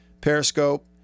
Periscope